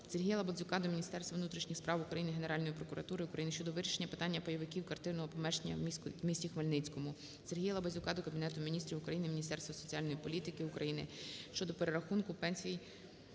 СергіяЛабазюка до Міністерства внутрішніх справ України, Генеральної прокуратури України щодо вирішення питання пайовиків квартирного помешкання у місті Хмельницькому. СергіяЛабазюка до Кабінету Міністрів України, Міністерства соціальної політики України щодо перерахунку пенсій